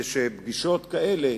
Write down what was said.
ושפגישות כאלה,